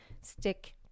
stick